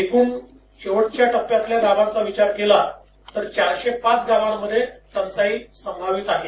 एकूण शेवटच्या टप्प्यातल्या लाभांचा विचार केला तर चारशे पाच गावांमध्ये टंचाई संभावित आहे